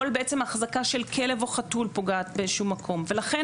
כל החזקה של כלב או חתול פוגעת באיזה שהוא מקום ולכן